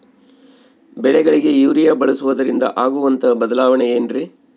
ಬೆಳೆಗಳಿಗೆ ಯೂರಿಯಾ ಬಳಸುವುದರಿಂದ ಆಗುವಂತಹ ಬದಲಾವಣೆ ಏನ್ರಿ?